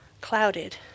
clouded